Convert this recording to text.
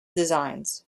designs